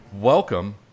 welcome